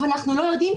אבל אנחנו לא יודעים,